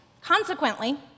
Consequently